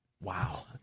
Wow